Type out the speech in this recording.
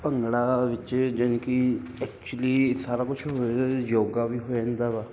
ਭੰਗੜਾ ਵਿੱਚ ਜਾਨੀ ਕਿ ਐਕਚੁਲੀ ਸਾਰਾ ਕੁਛ ਹੋਵੇਗਾ ਯੋਗਾ ਵੀ ਹੋ ਜਾਂਦਾ ਵਾ